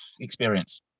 Experience